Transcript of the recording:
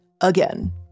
again